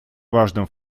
важным